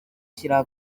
ushyiraho